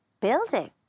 building